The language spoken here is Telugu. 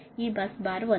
ఈ బస్ బార్ వద్ద